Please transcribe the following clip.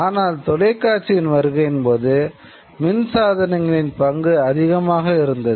ஆனால் தொலைக்காட்சியின் வருகையின்போது மின்சாதனங்களின் பங்கு அதிகமாக இருந்தது